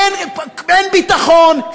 אין ביטחון,